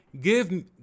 give